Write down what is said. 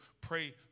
pray